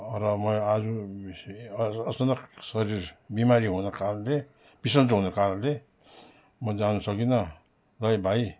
अँ र मै आज आज अचानक शरीर बिमारी हुनको कारणले बिसन्चो हुनुको कारणले म जानु सकिनँ है भाइ